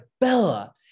Bella